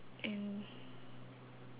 in